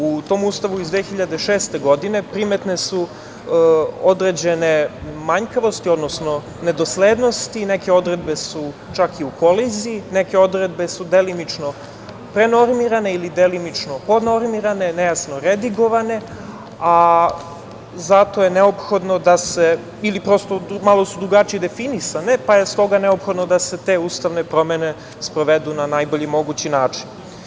U tom Ustavu iz 2006. godine primetne su određene manjkavosti, odnosno nedoslednosti i neke odredbe su čak i u koliziji, neke odredbe su delimično prenormirane ili delimično podnormirne, nejasno redigovane, a zato je neophodno da se, ili prosto malu su drugačije definisane, pa je stoga neophodno da se te ustavne promene sprovedu na najbolji mogući način.